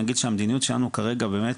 נגיד שהמדיניות שלנו כרגע באמת,